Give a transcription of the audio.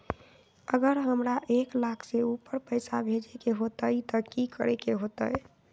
अगर हमरा एक लाख से ऊपर पैसा भेजे के होतई त की करेके होतय?